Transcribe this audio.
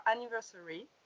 anniversary